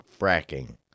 fracking